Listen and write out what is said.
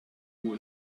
who